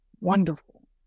Wonderful